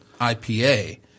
IPA